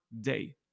day